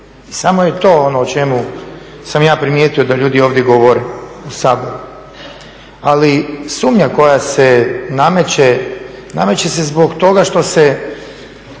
samo je to ono o čemu sam ja primijeti da ljudi ovdje govore u Saboru. Ali sumnja koja se nameće, nameće se zbog toga što se